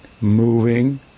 moving